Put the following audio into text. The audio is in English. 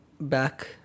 back